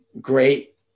great